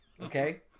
Okay